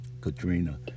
Katrina